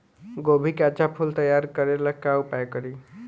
गोभी के अच्छा फूल तैयार करे ला का उपाय करी?